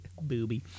booby